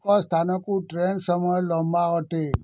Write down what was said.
ଏକ ସ୍ଥାନକୁ ଟ୍ରେନ୍ ସମୟ ଲମ୍ବା ଅଟେ